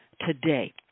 today